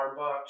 Starbucks